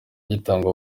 gitangwa